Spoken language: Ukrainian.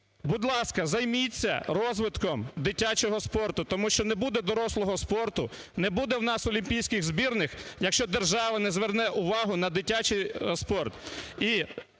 Будь ласка, займіться розвитком дитячого спорту, тому що не буде дорослого спорту, не буде в нас олімпійських збірних, якщо держава не зверне увагу на дитячий спорт.